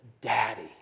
Daddy